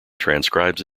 transcribes